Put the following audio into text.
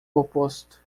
oposto